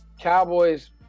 Cowboys